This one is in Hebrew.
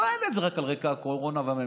הוא לא יעלה את זה רק על רקע הקורונה והממשלה,